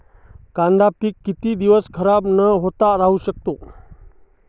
कांद्याचे पीक किती दिवस खराब न होता राहू शकते?